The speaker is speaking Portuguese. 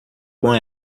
com